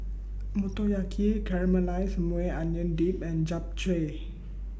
Motoyaki Caramelized Maui Onion Dip and Japchae